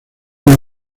una